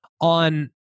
on